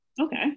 Okay